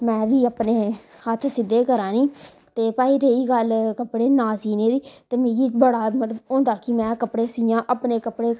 मैं बी अपने हत्थ सिद्धे करां ते भाई रेही गल्ल कपड़े ना सीने दी ते मिगी बड़ा मतलब होंदा कि में कपड़े सीआं अपने कपड़े